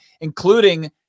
including